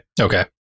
Okay